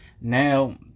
Now